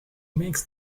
makes